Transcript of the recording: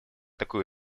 такую